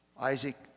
Isaac